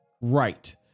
right